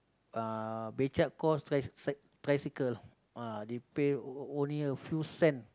uh beca called tri~ tricycle ah they pay only a few cent